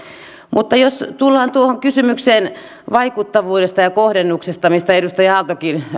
mutta jos tullaan tuohon kysymykseen vaikuttavuudesta ja kohdennuksesta mistä edustaja aaltokin